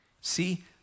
See